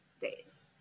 days